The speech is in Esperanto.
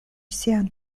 sian